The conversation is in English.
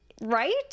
Right